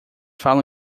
falam